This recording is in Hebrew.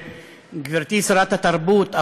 גברתי שרת התרבות,